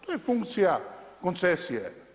To je funkcija koncesije.